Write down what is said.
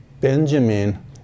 Benjamin